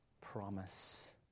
promise